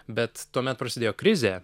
bet tuomet prasidėjo krizė